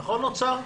נכון, אוצר?